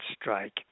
strike